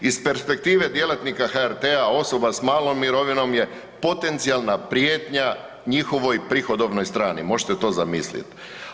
Iz perspektive djelatnika HRT-a osoba s malom mirovinom je potencijalna prijetnja njihovoj prihodovnoj strani, možete to zamislit?